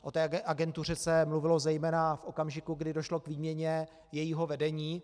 O této agentuře se mluvilo zejména v okamžiku, kdy došlo k výměně jejího vedení.